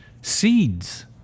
seeds